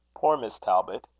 poor miss talbot!